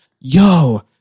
Yo